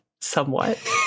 somewhat